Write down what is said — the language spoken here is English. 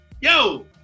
Yo